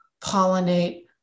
pollinate